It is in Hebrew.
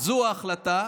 זו ההחלטה,